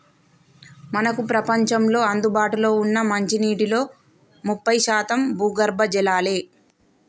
మనకు ప్రపంచంలో అందుబాటులో ఉన్న మంచినీటిలో ముప్పై శాతం భూగర్భ జలాలే